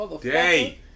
day